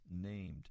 named